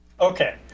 Okay